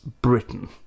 Britain